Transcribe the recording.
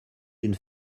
d’une